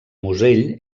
musell